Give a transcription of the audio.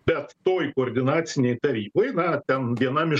bet toj koordinacinėj taryboj na ten vienam iš